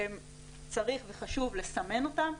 צריך וחשוב לסמן אותם.